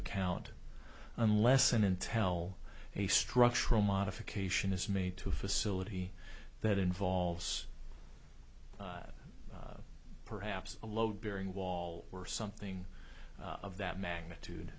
account unless an intel a structural modification is made to facility that involves perhaps a load bearing wall or something of that magnitude